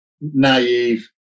naive